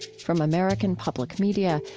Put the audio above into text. from american public media,